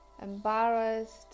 embarrassed